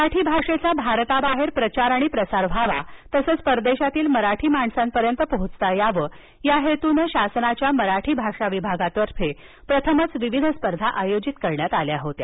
मराठी भाषा स्पर्धा मराठी भाषेचा भारताबाहेर प्रचार आणि प्रसार व्हावा तसंच परदेशातील मराठी माणसांपर्यंत पोहोचता यावं या हेतूने शासनाच्या मराठी भाषा विभागातर्फे प्रथमच विविध स्पर्धा नुकत्याच आयोजित करण्यात आल्या होत्या